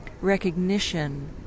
recognition